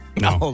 No